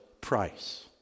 price